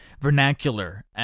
vernacular